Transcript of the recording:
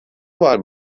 var